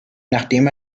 nachdem